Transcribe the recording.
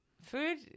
food